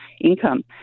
income